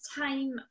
time